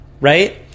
right